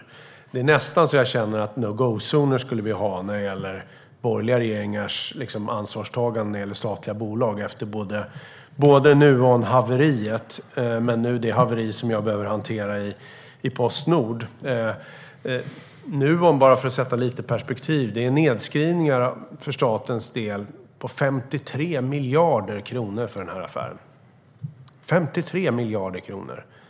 Lite skämtsamt sagt är det nästan så att jag känner att vi skulle ha no-go-zoner när det gäller borgerliga regeringars ansvarstagande för statliga bolag efter både Nuonhaveriet och det haveri som jag nu behöver hantera i Postnord. Nuonaffären, bara för att sätta detta i perspektiv, innebar nedskrivningar för statens del på 53 miljarder kronor.